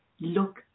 look